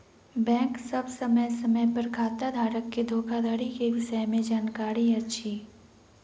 bank सभ समय समय पर खाताधारक के धोखाधड़ी के विषय में जानकारी अछि